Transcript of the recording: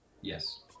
Yes